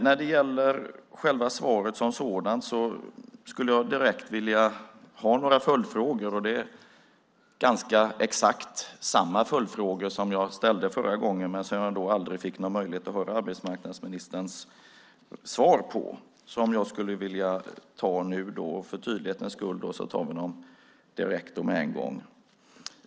När det gäller svaret som sådant skulle jag direkt vilja ställa några följdfrågor, har jag ganska exakt samma följdfrågor som de jag ställde förra gången men som jag aldrig fick möjlighet att höra arbetsmarknadsministerns svar. För tydlighetens skull tar jag dem direkt.